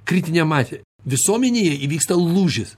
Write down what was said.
kritinė masė visuomenėje įvyksta lūžis